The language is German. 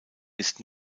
ist